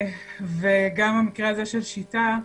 גם המקרה הזה של "שיטה"